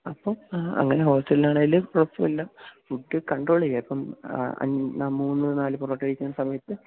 അപ്പം അങ്ങനെ ഹോസ്റ്റൽലാണേലും കുഴപ്പമില്ല ഫുഡ്ഡ് കണ്ട്രോൾ ചെയ്യാൻ ഇപ്പം മൂന്ന് നാല് പൊറോട്ട കഴിക്കുന്ന സമയത്ത്